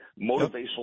motivational